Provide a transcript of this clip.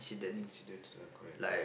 incidents lah correct correct